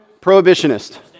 Prohibitionist